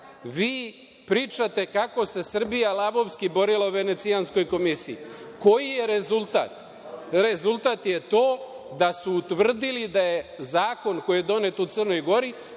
vi pričate kako se Srbija lavovski borila u Venecijanskoj komisiji. Koji je rezultat? Rezultat je to da su utvrdili da je zakon koji je donet u Crnoj Gori